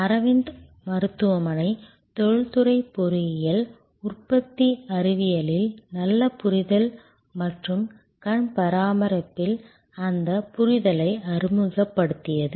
அரவிந்த் மருத்துவமனை தொழில்துறை பொறியியல் உற்பத்தி அறிவியலில் நல்ல புரிதல் மற்றும் கண் பராமரிப்பில் அந்த புரிதலை அறிமுகப்படுத்தியது